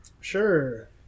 Sure